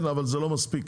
אבל זה לא מספיק,